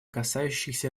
касающихся